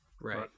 right